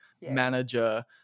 manager